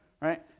right